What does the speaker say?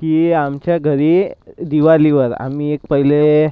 की आमच्या घरी दिवाळीवर आम्ही एक पहिले